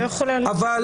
אבל